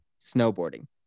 snowboarding